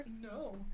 no